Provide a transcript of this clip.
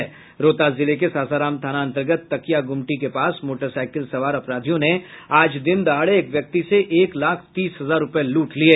रोहतास जिले के सासाराम थाना अंतर्गत तकिया ग्रमटी के पास मोटरसाइकिल पर सवार अपराधियों ने आज दिन दहाड़े एक व्यक्ति से एक लाख तीस हजार रूपये लूट लिये